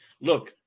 Look